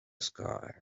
sky